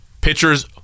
pitchers